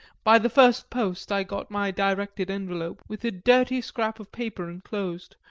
by the first post i got my directed envelope with a dirty scrap of paper enclosed,